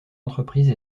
entreprise